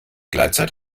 gleitzeit